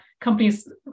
companies